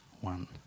one